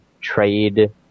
trade